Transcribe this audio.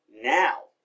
now